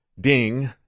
Ding